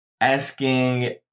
asking